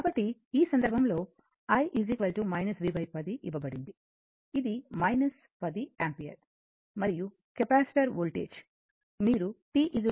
కాబట్టి ఈ సందర్భంలో i v10 ఇవ్వబడింది ఇది 10 యాంపియర్ మరియు కెపాసిటర్ వోల్టేజ్